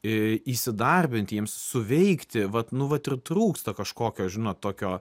į įsidarbinti jiems suveikti vat nu vat ir trūksta kažkokio žinot tokio